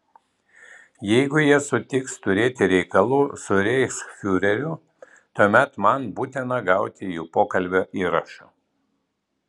jeigu jie sutiks turėti reikalų su reichsfiureriu tuomet man būtina gauti jų pokalbio įrašą